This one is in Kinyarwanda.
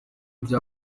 bya